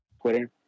Twitter